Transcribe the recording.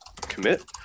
commit